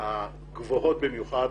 הגבוהות במיוחד